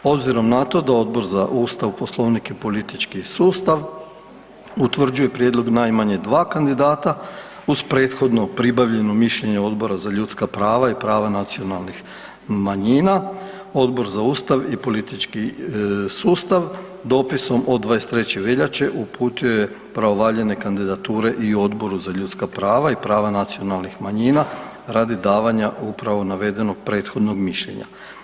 Obzirom na to da Odbor za Ustav, Poslovnik i politički sustav utvrđuje prijedlog najmanje 2 kandidata uz prethodno pribavljeno mišljenje Odbora za ljudska prava i prava nacionalnih manjina, Odbor za Ustav i politički sustav dopisom od 23. veljače uputio je pravovaljane kandidature i Odboru za ljudska prava i prava nacionalnih manjina radi davanja upravo navedenog prethodnog mišljenja.